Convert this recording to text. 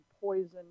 poison